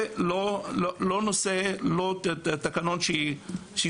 זה לא נושא, לא תקנון שהוא